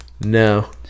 No